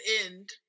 end